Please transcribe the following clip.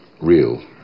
real